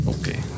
Okay